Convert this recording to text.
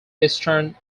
eastern